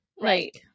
Right